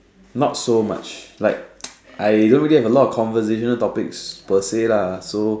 not so much like I don't really have a lot of conservation topics per say lah so